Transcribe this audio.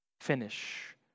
finish